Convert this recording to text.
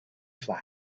flag